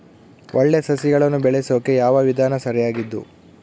ಒಳ್ಳೆ ಸಸಿಗಳನ್ನು ಬೆಳೆಸೊಕೆ ಯಾವ ವಿಧಾನ ಸರಿಯಾಗಿದ್ದು?